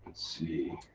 see.